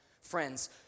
Friends